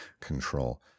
control